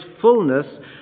fullness